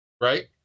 Right